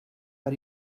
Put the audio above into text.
per